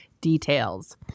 details